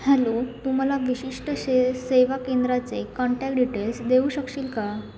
hello तू मला विशिष्ट शे सेवा केंद्राचे कॉन्टॅक डिटेल्स देऊ शकशील का